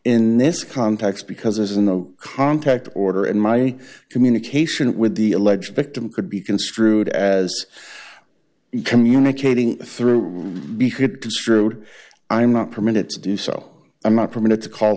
in this context because there's a no contact order in my communication with the alleged victim could be construed as communicating through before it to strewed i'm not permitted to do so i'm not permitted to call